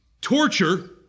torture